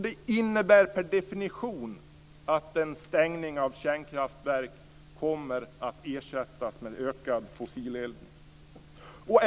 Det innebär per definition att en stängning av kärnkraftverk kommer att ersättas med ökad fossileldning.